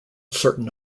certain